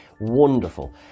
wonderful